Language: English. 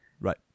Right